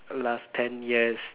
last ten years